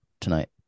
tonight